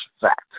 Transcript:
fact